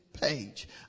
page